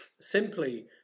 simply